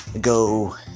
go